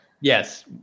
Yes